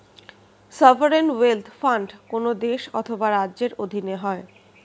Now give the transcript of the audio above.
sovereign wealth fund কোন দেশ অথবা রাজ্যের অধীনে হয়